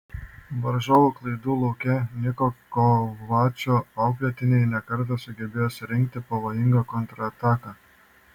varžovų klaidų laukę niko kovačo auklėtiniai ne kartą sugebėjo surengti pavojingą kontrataką